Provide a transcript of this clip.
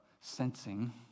sensing